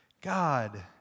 God